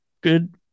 good